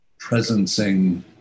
presencing